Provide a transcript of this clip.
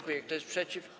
Kto jest przeciw?